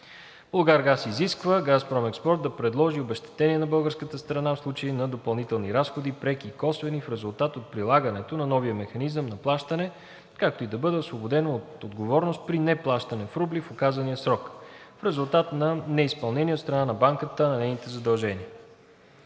„Булгаргаз“ изисква ООО „Газпром Експорт“ да предложи обезщетение на българската страна в случай на допълнителни разходи, преки и косвени, в резултат от прилагането на новия механизъм на плащане, както и да бъде освободено от отговорност при неплащане в рубли в указания срок, в резултат на неизпълнение от страна на банката на нейните задължения.